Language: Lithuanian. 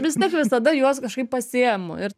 vis tiek visada juos kažkaip pasiimu ir